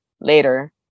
later